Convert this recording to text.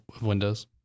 Windows